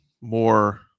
more